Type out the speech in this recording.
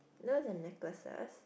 those are the necklaces